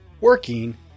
working